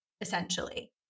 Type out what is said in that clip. essentially